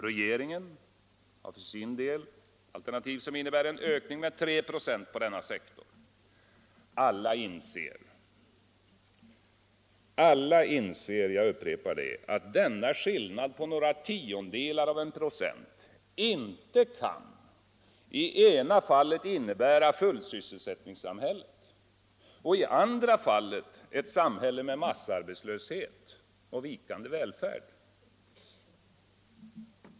Regeringen har för sin del alternativ som innebär en ökning med 3 96 per år på denna sektor. Alla inser — jag upprepar: alla inser att denna skillnad på några tiondelar av en procent inte kan i det ena fallet innebära fullsysselsättningssam hället och i det andra fallet innebära ett samhälle med massarbetslöshet och vikande välfärd.